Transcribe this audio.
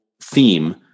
theme